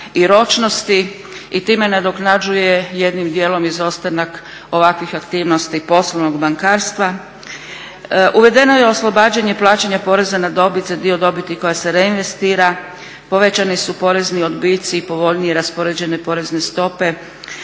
i ročnosti i time nadoknađuje jednim dijelom izostanak ovakvih aktivnosti poslovnog bankarstva. Uvedeno je oslobađanje plaćanje porezna na dobit za dio dobiti koja se reinvestira, povećani su porezni odbici i povoljnije raspoređene porezne stope